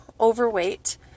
overweight